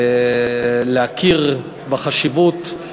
להכיר בחשיבות,